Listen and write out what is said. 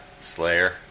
Slayer